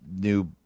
new